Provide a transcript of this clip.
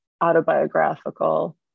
autobiographical